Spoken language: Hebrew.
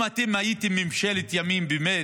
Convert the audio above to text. אם הייתם ממשלת ימין באמת,